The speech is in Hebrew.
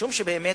משום שהוא באמת